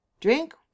Drink